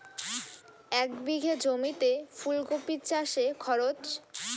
এক বিঘে জমিতে ফুলকপি চাষে খরচ?